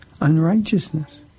unrighteousness